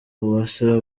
uwase